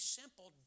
simple